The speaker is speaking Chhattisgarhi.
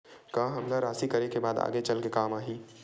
का हमला राशि करे के बाद आगे चल के काम आही?